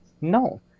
no